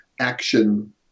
action